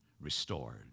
restored